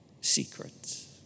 secrets